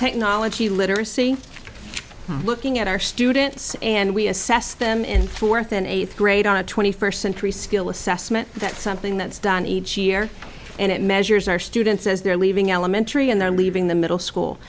technology literacy looking at our students and we assess them in fourth and eighth grade on a twenty first century skill assessment that's something that's done each year and it measures our students as they're leaving elementary and they're leaving the middle school